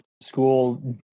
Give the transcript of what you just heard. school